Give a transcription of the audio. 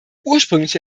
ursprüngliche